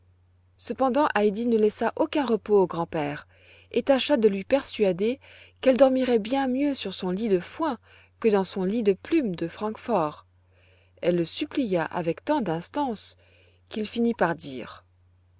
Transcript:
cependant heidi ne laissa aucun repos au grand-père et tâcha de lui persuader qu'elle dormirait bien mieux sur son lit de foin que dans son lit de plume de francfort elle le supplia avec tant d'instance qu'il finit par dire